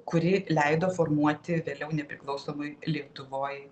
kuri leido formuoti vėliau nepriklausomoj lietuvoj